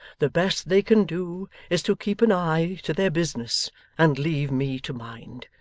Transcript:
the best they can do, is to keep an eye to their business and leave me to mine.